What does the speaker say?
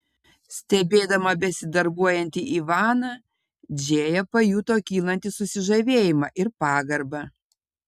stebėdama besidarbuojantį ivaną džėja pajuto kylantį susižavėjimą ir pagarbą